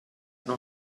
non